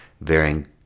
varying